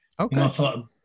Okay